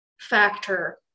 factor